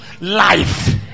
life